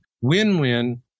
Win-win